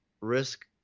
risk